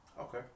Okay